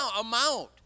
amount